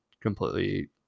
completely